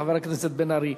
חבר הכנסת בן-ארי.